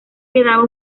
quedaba